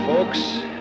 Folks